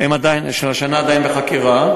של השנה עדיין בחקירה.